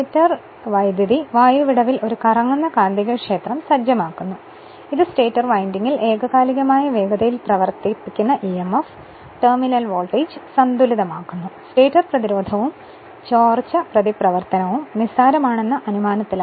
stator വൈദ്യുതി വായു വിടവിൽ ഒരു കറങ്ങുന്ന കാന്തികക്ഷേത്രം സജ്ജമാക്കുന്നു ഇത് സ്റ്റേറ്റർ വിൻഡിംഗിൽ ഏകകാലികമായ വേഗതയിൽ പ്രവർത്തിപ്പിക്കുന്ന emf ടെർമിനൽ വോൾട്ടേജ് സന്തുലിതമാക്കുന്നു സ്റ്റേറ്റർ പ്രതിരോധവും ചോർച്ച പ്രതിപ്രവർത്തനവും നിസ്സാരമാണെന്ന അനുമാനത്തിൽ